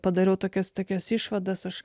padariau tokias tokias išvadas aš